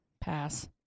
pass